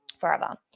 forever